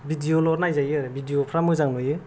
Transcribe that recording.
video नायजायो video फ्रा मोजां नुयो